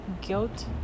guilt